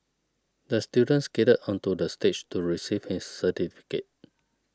the student skated onto the stage to receive his certificate